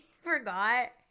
forgot